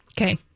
Okay